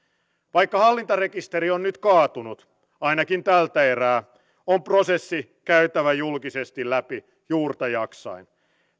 vaikka hallintarekisteri on nyt kaatunut ainakin tältä erää on prosessi käytävä julkisesti läpi juurta jaksain